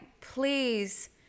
Please